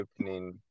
opening